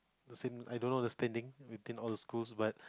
the same I don't know the standing within all the schools but